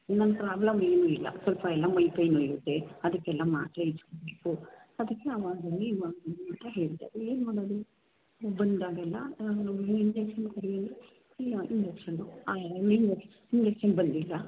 ನನ್ನ ಪ್ರಾಬ್ಲಮ್ ಏನು ಇಲ್ಲ ಸ್ವಲ್ಪ ಎಲ್ಲ ಮೈ ಕೈ ನೋವಿರುತ್ತೆ ಅದಕ್ಕೆಲ್ಲ ಮಾತ್ರೆ ಅದಕ್ಕೆ ಅವಾಗ ಬನ್ನಿ ಇವಾಗ ಬನ್ನಿ ಅಂತ ಹೇಳಿದೆ ಏನು ಮಾಡೋದು ಬಂದಾಗೆಲ್ಲ ಇಂಜೆಕ್ಷನ್ ಕೊಡಿ ಅಂದರೆ ಇಲ್ಲ ಇಂಜೆಕ್ಷನ್ನು ಆ ಇಂಜೆಕ್ಷನ್ ಬಂದಿಲ್ಲ